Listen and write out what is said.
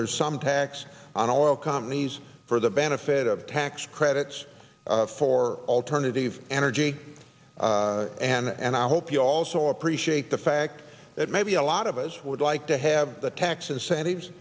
there's some tax on oil companies for the benefit of tax credits for alternative energy and i hope you also appreciate the fact that maybe a lot of us would like to have the tax incentives